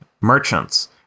merchants